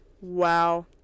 wow